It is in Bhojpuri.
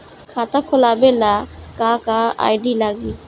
खाता खोलाबे ला का का आइडी लागी?